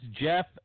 Jeff